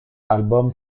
album